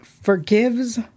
forgives